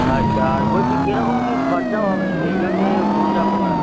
আচ্ছা আর বলছি কে রকম কী খরচা হবে সেই জন্যে ফোনটা করা